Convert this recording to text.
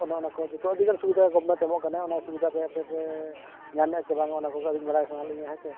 ᱚᱱᱮ ᱚᱱᱟ ᱠᱚᱜᱮ ᱡᱚᱛᱚᱣᱟᱜ ᱟᱹᱰᱤ ᱜᱟᱱ ᱥᱩᱵᱤᱫᱟ ᱜᱚᱵᱽᱢᱮᱱᱴ ᱮᱢᱚᱜ ᱠᱟᱱᱟᱭ ᱥᱩᱵᱤᱫᱟ ᱠᱚ ᱟᱯᱮ ᱯᱮ ᱧᱟᱢᱮᱜᱼᱟ ᱥᱮ ᱵᱟᱝ ᱚᱱᱟ ᱠᱚᱜᱮ ᱟᱹᱞᱤᱧ ᱵᱟᱲᱟᱭ ᱥᱟᱱᱟᱭᱮᱫ ᱞᱤᱧᱟ ᱦᱮᱸ ᱥᱮ